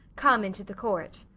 come into the court